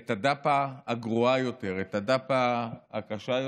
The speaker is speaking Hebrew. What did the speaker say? את הדפ"א הגרועה יותר, את הדפ"א הקשה יותר.